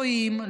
לא רואים,